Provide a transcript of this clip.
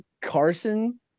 Carson